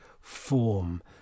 form